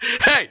Hey